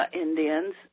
Indians